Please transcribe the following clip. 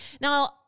Now